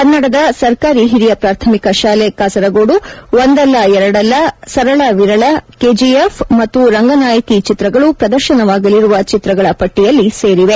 ಕನ್ನಡದ ಸರ್ಕಾರಿ ಹಿರಿಯ ಪ್ರಾಥಮಿಕ ಶಾಲೆ ಕಾಸರಗೋಡು ಒಂದಲ್ಲ ಎರಡಲ್ಲ ಸರಳ ವಿರಳ ಕೆಜೆಎಫ್ ಮತ್ತು ರಂಗನಾಯಕಿ ಚಿತ್ರಗಳು ಪ್ರದರ್ಶನವಾಗಲಿರುವ ಚಿತ್ರಗಳ ಪಟ್ಟಿಯಲ್ಲಿ ಸೇರಿವೆ